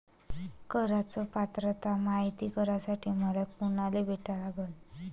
कराच पात्रता मायती करासाठी मले कोनाले भेटा लागन?